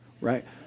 right